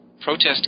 protest